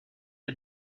est